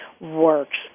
works